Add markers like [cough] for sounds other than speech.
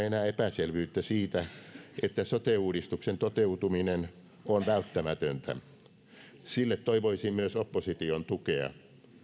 [unintelligible] enää epäselvyyttä siitä että sote uudistuksen toteutuminen on välttämätöntä sille toivoisin myös opposition tukea